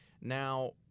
Now